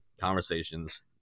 Conversations